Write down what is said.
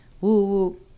Woo